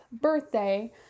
birthday